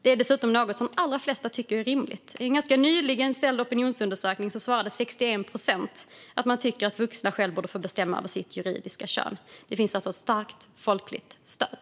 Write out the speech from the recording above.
Det är dessutom något som de flesta tycker är rimligt - i en opinionsundersökning som gjordes ganska nyligen svarade 61 procent att de tycker att vuxna själva borde få bestämma över sitt juridiska kön. Det finns alltså ett starkt folkligt stöd.